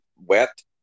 wet